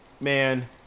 Man